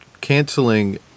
canceling